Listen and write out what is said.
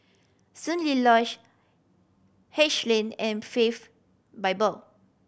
Soon Lee Lodge Haig Lane and Faith Bible